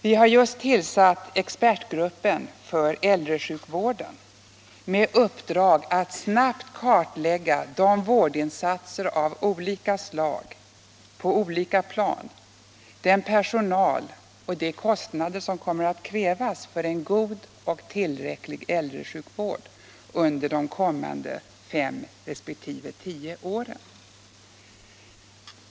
Vi har just tillsatt expertgruppen för äldresjukvården med uppdrag att snabbt kartlägga de vårdinsatser av olika slag på olika plan, den personal och de kostnader som kommer att krävas för en god och tillräcklig äldresjukvård under de kommande fem resp. tio åren.